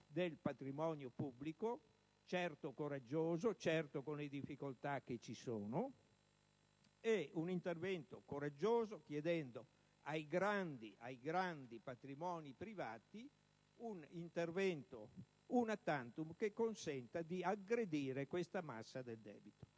del patrimonio pubblico (certo, coraggiosa, e con le difficoltà che ci sono) e di un'iniziativa coraggiosa, chiedendo ai grandi patrimoni privati un intervento *una tantum* che consenta di aggredire questa massa del debito.